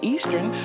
Eastern